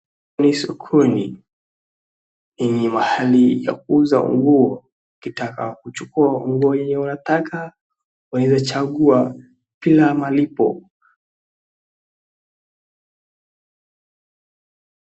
Ni sokoni, yenye mahali ya kuuza nguo, ukitaka kuchukua nguo yenye unataka unaweza chagua bila malipo.